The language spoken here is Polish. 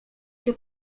się